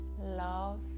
love